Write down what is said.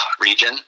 region